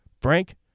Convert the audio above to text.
Frank